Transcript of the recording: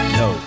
no